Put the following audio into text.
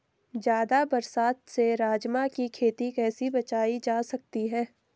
ज़्यादा बरसात से राजमा की खेती कैसी बचायी जा सकती है?